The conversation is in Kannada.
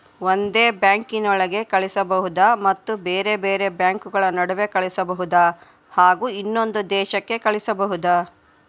ಒಂದೇ ಬ್ಯಾಂಕಿನೊಳಗೆ ಕಳಿಸಬಹುದಾ ಮತ್ತು ಬೇರೆ ಬೇರೆ ಬ್ಯಾಂಕುಗಳ ನಡುವೆ ಕಳಿಸಬಹುದಾ ಹಾಗೂ ಇನ್ನೊಂದು ದೇಶಕ್ಕೆ ಕಳಿಸಬಹುದಾ?